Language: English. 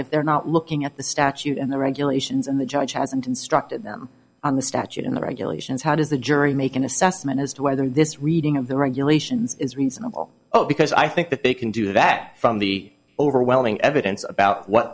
if they're not looking at the statute and the regulations and the judge hasn't instructed them on the statute and the regulations how does the jury make an assessment as to whether this reading of the regulations is reasonable oh because i think that they can do that from the overwhelming evidence about what